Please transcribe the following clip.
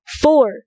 Four